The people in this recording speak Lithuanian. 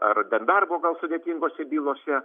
ar ten darbo gal sudėtingose bylose